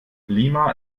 lima